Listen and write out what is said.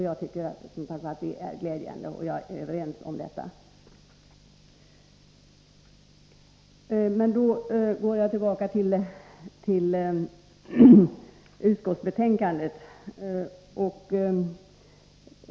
Jag tycker som sagt att det är glädjande att antalet sysselsatta kvinnor har ökat, och vi är överens på denna punkt. Jag går så tillbaka till att behandla utskottsbetänkandet.